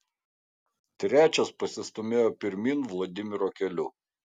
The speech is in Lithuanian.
trečias pasistūmėjo pirmyn vladimiro keliu